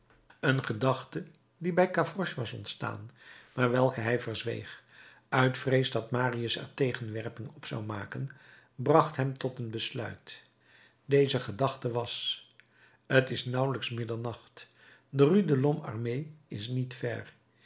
een gedachte die bij gavroche was ontstaan maar welke hij verzweeg uit vrees dat marius er tegenwerping op zou maken bracht hem tot een besluit deze gedachte was t is nauwelijks middernacht de rue de lhomme armé is niet ver